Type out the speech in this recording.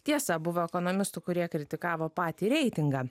tiesa buvo ekonomistų kurie kritikavo patį reitingą